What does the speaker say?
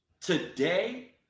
today